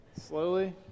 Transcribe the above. slowly